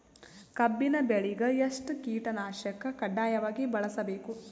ಕಬ್ಬಿನ್ ಬೆಳಿಗ ಎಷ್ಟ ಕೀಟನಾಶಕ ಕಡ್ಡಾಯವಾಗಿ ಬಳಸಬೇಕು?